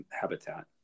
habitat